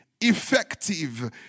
effective